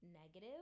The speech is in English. negative